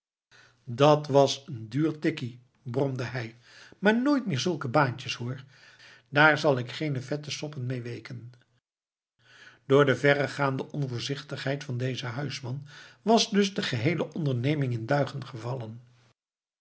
dat was een duur tikkie bromde hij maar nooit meer zulke baantjes hoor daar zal ik geene vette soppen mee weeken door de verregaande onvoorzichtigheid van dezen huisman was dus de geheele onderneming in duigen gevallen